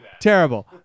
terrible